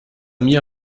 mir